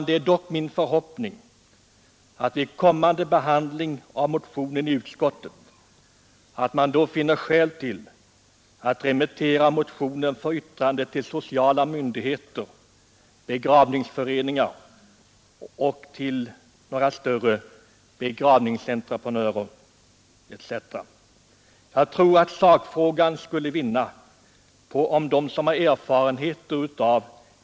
Det är dock min förhoppning, herr talman, att utskottet vid kommande behandling av denna motion finner skäl till att remittera den för yttrande till sociala myndigheter, begravningsföreningar, några större Fit Herr talman! Jag har inget yrkande, men jag vill genom mitt inlägg Allmän egenpension a eta Så anmäla att jag återkommer i ärendet.